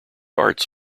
arts